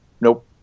Nope